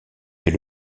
est